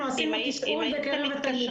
אנחנו עשינו תשאול בקרב התלמידים --- אם הייתם